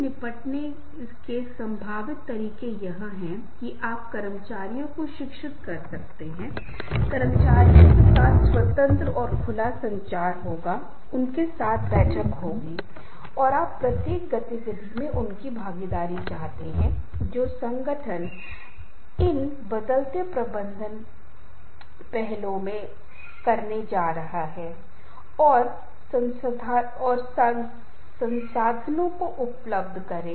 अब हमें यह समझना होगा कि चीजें कैसे हो रही हैं कई बार यह बहुत संभव है कि यह पासिंग रिलेशनशिप आपकी दिलचस्पी की वजह से काजुअल रिश्ते में परिवर्तित हो जाये और फिरकाजुअल संबंध मॉडरेट रिश्ते में जा सकते हैं और समय आने पर दोनों साथी दोनों सदस्य एक दूसरे को पसंद कर रहे हों जिसे गहरे रिश्ते में परिवर्तित किया जा सके